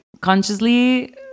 consciously